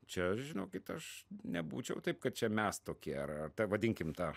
čia žinokit aš nebūčiau taip kad čia mes tokie ar ar ta vadinkim ta